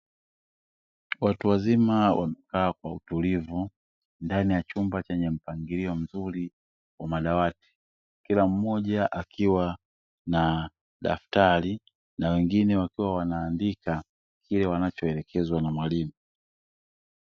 Watu wazima wamekaa kwa utulivu, ndani ya chumba chenye mpangilio mzuri wa madawati. Kila mmoja akiwa na daftari na wengine wakiwa wanaandika, kile wanacho elekezwa na mwalimu.